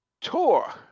tour